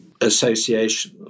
association